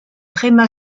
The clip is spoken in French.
tréma